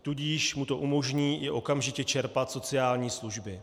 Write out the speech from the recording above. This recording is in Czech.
Tudíž mu to umožní i okamžitě čerpat sociální služby.